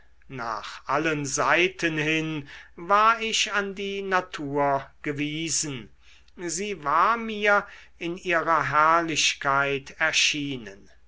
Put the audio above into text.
nach allen seiten hin war ich an die natur gewiesen sie war mir in ihrer herrlichkeit erschienen